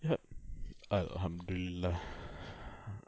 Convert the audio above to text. yup alhamdulillah